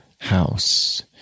house